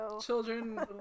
children